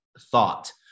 thought